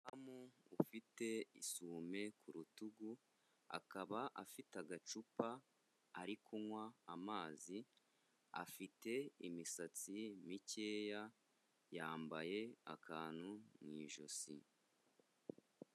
Umumu ufite isume ku rutugu akaba afite agacupa ari kunywa amazi, afite imisatsi mikeya, yambaye akantu mu ijosi.